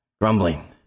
grumbling